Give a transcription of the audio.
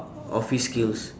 office skills